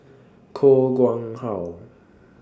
Koh Nguang How